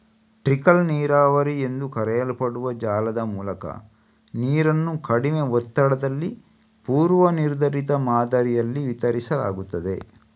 trickle ನೀರಾವರಿ ಎಂದು ಕರೆಯಲ್ಪಡುವ ಜಾಲದ ಮೂಲಕ ನೀರನ್ನು ಕಡಿಮೆ ಒತ್ತಡದಲ್ಲಿ ಪೂರ್ವ ನಿರ್ಧರಿತ ಮಾದರಿಯಲ್ಲಿ ವಿತರಿಸಲಾಗುತ್ತದೆ